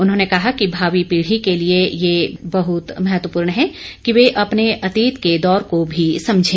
उन्होंने कहा कि भावी पीढ़ी के लिए ये बहुत महत्वपूर्ण है कि वे अपने अतीत के दौर को भी समझें